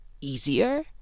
easier